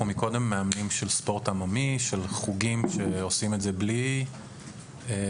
מאמנים של ספורט עממי של חוגים שעושים את זה בלי תעודה?